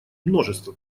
множество